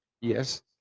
Yes